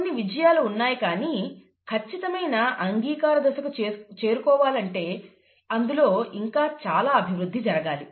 కొన్ని విజయాలు ఉన్నాయి కానీ ఖచ్చితమైన అంగీకార దశకు చేరుకోవాలంటే అందులో ఇంకా చాలా అభివృద్ధి జరగాలి